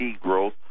growth